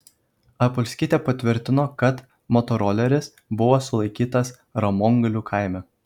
apolskytė patvirtino kad motoroleris buvo sulaikytas ramongalių kaime